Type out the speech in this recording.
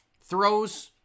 Throws